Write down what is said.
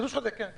חידוש חוזה, כן.